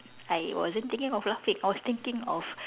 I wasn't thinking of laughing I was thinking of